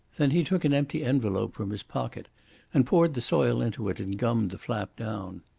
then he took an empty envelope from his pocket and poured the soil into it and gummed the flap down.